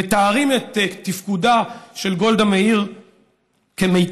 מתארים את תפקודה של גולדה מאיר כמיטבי.